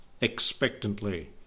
expectantly